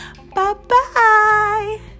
Bye-bye